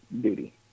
duty